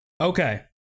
Okay